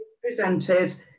presented